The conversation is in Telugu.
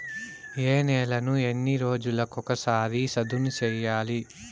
ఏ నేలను ఎన్ని రోజులకొక సారి సదును చేయల్ల?